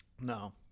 No